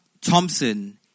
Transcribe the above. Thompson